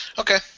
Okay